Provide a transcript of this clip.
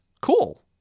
cool